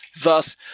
Thus